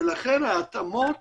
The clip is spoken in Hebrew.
ולכן ההתאמות